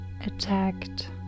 Attacked